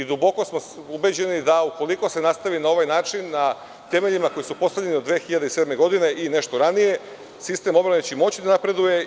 Duboko smo ubeđeni da ukoliko se nastavi na ovakav način, na temeljima koji su postavljeni od 2007. godine i nešto ranije, sistem odbrane će moći da napreduje.